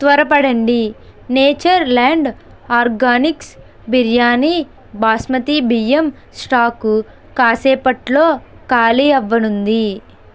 త్వరపడండి nature land organics biryani basmati బియ్యం stock కాసేపట్లో ఖాళీ అవ్వనుంది